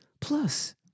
Plus